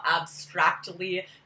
abstractly